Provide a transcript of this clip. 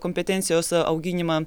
kompetencijos auginimą